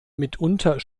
mitunter